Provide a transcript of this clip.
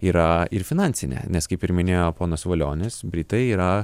yra ir finansinė nes kaip ir minėjo ponas valionis britai yra